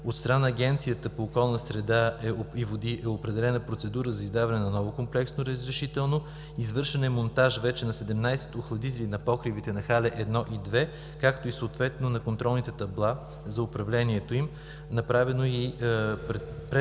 От страна на Агенцията по околна среда и води е определена процедура по издаване на ново комплексно разрешително. Извършен е монтаж вече на 17 охладители на покривите на хале 1 и 2, както съответно и на контролните табла за управлението им. Направено е